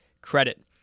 Credit